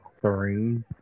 three